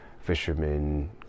fishermen